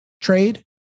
trade